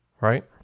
right